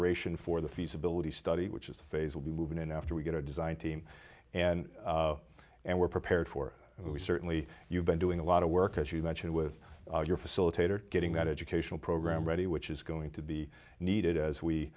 duration for the feasibility study which is phase will be moving in after we get our design team and and we're prepared for we certainly you've been doing a lot of work as you mentioned with your facilitator getting that educational program ready which is going to be needed as we